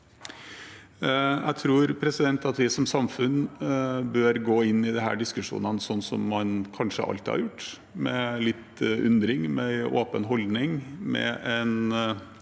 Jeg tror at vi som samfunn bør gå inn i disse diskusjonene slik man kanskje alltid har gjort: med litt undring, med en åpen holdning,